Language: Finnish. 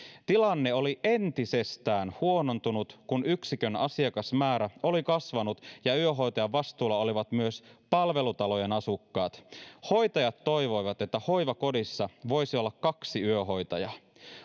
tilanne oli entisestään huonontunut kun yksikön asiakasmäärä oli kasvanut ja yöhoitajan vastuulla olivat myös palvelutalojen asukkaat hoitajat toivoivat että hoivakodissa voisi olla kaksi yöhoitajaa